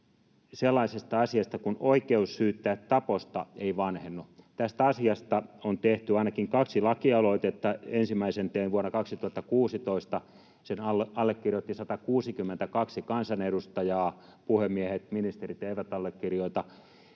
sellaisesta asiasta, kun oikeus syyttää taposta ei vanhennu. Tästä asiasta on tehty ainakin kaksi lakialoitetta. Ensimmäisen tein vuonna 2016, sen allekirjoitti 162 kansanedustajaa — puhemiehet ja ministerit eivät allekirjoita